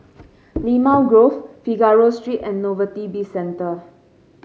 Limau Grove Figaro Street and Novelty Bizcentre